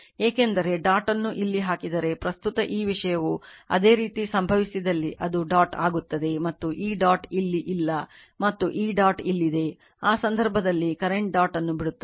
ಏಕೆಂದರೆ ಡಾಟ್ ಅನ್ನು ಇಲ್ಲಿ ಹಾಕಿದರೆ ಪ್ರಸ್ತುತ ಈ ವಿಷಯವು ಅದೇ ರೀತಿ ಸಂಭವಿಸಿದಲ್ಲಿ ಅದು ಡಾಟ್ ಆಗುತ್ತದೆ ಮತ್ತು ಈ ಡಾಟ್ ಇಲ್ಲಿ ಇಲ್ಲ ಮತ್ತು ಈ ಡಾಟ್ ಇಲ್ಲಿದೆ ಆ ಸಂದರ್ಭದಲ್ಲಿ ಕರೆಂಟ್ ಡಾಟ್ ಅನ್ನು ಬಿಡುತ್ತದೆ